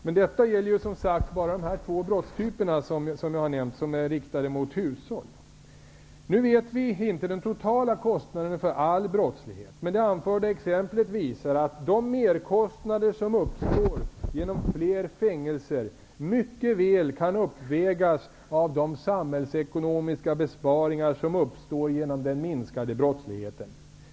Men detta gäller bara de två brottstyper som jag har nämnt. Nu vet vi inte den totala kostnaden för all brottslighet. Men det anförda exemplet visar att de merkostnader som uppstår genom fler fängelser mycket väl kan uppvägas av de samhällsekonomiska besparingar som uppstår genom den minskade brottsligheten.